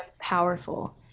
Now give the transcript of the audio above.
powerful